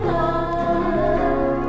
love